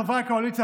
חברי הקואליציה,